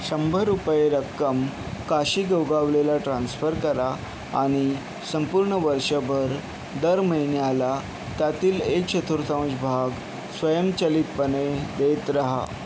शंभर रुपये रक्कम काशी गोगावलेला ट्रान्स्फर करा आणि संपूर्ण वर्षभर दर महिन्याला त्यातील एक चतुर्थांश भाग स्वयंचलितपणे देत राहा